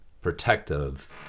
protective